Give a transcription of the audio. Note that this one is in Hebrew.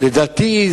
לדעתי,